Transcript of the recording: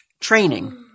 training